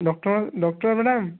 doctor doctor madam